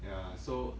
ya so